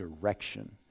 direction